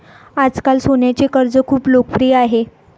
आजकाल सोन्याचे कर्ज खूप लोकप्रिय आहे